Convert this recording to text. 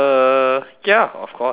ya of course why not